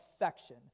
affection